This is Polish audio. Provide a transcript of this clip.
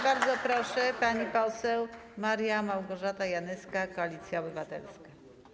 Bardzo proszę, pani poseł Maria Małgorzata Janyska, Koalicja Obywatelska.